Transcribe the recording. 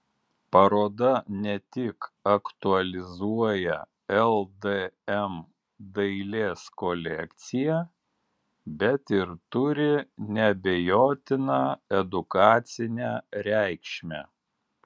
paroda ne tik aktualizuoja ldm dailės kolekciją bet ir turi neabejotiną edukacinę reikšmę